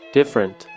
Different